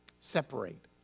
separate